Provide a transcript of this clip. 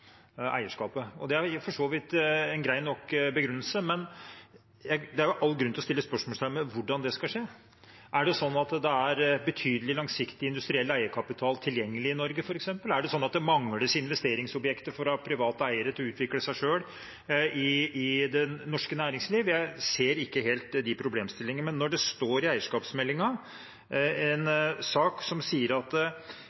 er all grunn til å sette spørsmålstegn ved hvordan det skal skje. Er det f.eks. slik at det er betydelig, langsiktig industriell eierkapital tilgjengelig i Norge? Er det slik at det mangler investeringsobjekter for private eiere til å utvikle seg selv i det norske næringsliv? Jeg ser ikke helt de problemstillingene. Men når det står i eierskapsmeldingen: «For å bidra til et mer spredt eierskap ønsker regjeringen over tid å redusere statens eierskap» – er det en